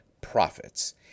profits